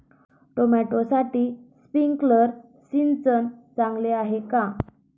टोमॅटोसाठी स्प्रिंकलर सिंचन चांगले आहे का?